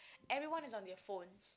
everyone is on their phones